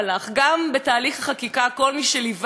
כל מי שליווה ראה שלנציגי הסוכנות